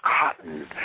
cotton